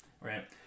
Right